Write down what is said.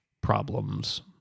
problems